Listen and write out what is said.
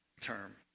term